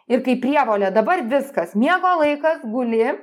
ir kaip prievolė dabar viskas miego laikas guli